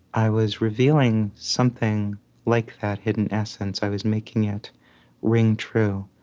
i was revealing something like that hidden essence. i was making it ring true.